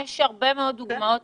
יש הרבה דוגמאות